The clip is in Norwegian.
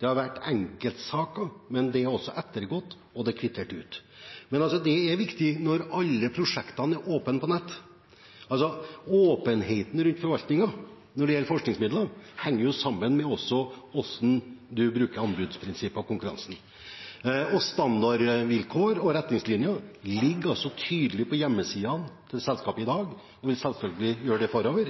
det er kvittert ut. Det er viktig når alle prosjektene er åpne på nett. Åpenheten rundt forvaltningen når det gjelder forskningsmidler, henger jo sammen med hvordan en bruker anbudsprinsippene og konkurransen. Standardvilkår og retningslinjer ligger tydelig på hjemmesidene til selskapet i dag og vil selvfølgelig gjøre det framover.